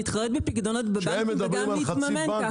להתחרות בפיקדונות בבנקים וגם להתממן ככה.